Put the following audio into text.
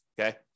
Okay